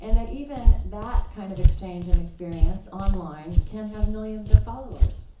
and that even that kind of exchange and experience online can have millions of followers